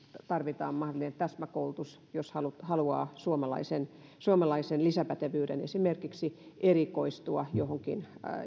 mahdollinen täsmäkoulutus tarvitaan jos haluaa suomalaisen suomalaisen lisäpätevyyden esimerkiksi erikoistua johonkin